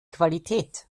qualität